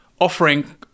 offering